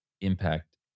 impact